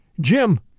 Jim